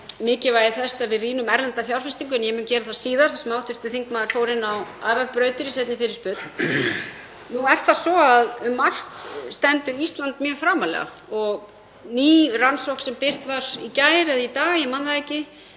mikilvægi þess að við rýnum erlenda fjárfestingu, en ég mun gera það síðar þar sem hv. þingmaður fór inn á aðrar brautir í seinni fyrirspurn. Nú er það svo að um margt stendur Ísland mjög framarlega. Ný rannsókn sem birt var í gær eða í dag, ég man það ekki,